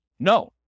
No